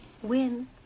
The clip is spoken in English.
Win